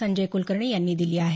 संजय क्लकर्णी यांनी दिली आहे